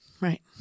Right